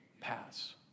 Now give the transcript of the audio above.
pass